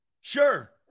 Sure